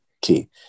key